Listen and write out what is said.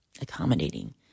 accommodating